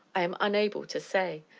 i am unable to say,